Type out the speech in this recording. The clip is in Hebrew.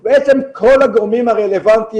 עם כל הגורמים הרלוונטיים.